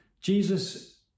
Jesus